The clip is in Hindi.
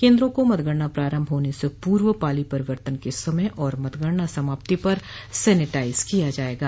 केंद्रों को मतगणना प्रारंभ होने से पूर्व पाली परिवर्तन के समय और मतगणना समाप्ति पर सैनिटाइज किया जाएगा